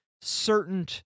certain